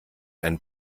ein